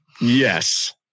Yes